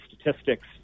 statistics